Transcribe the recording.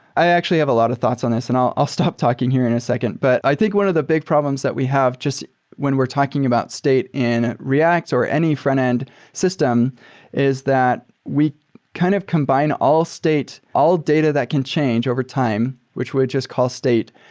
i actually have a lot of thoughts on this, and all i'll stop talking here in a second. but i think one of the big problems that we have just when we're talking about state in react or any frontend system is that we kind of combine all state, all data that can change overtime, which we just call state,